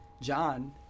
John